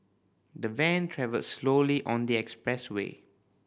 the van travelled slowly on the expressway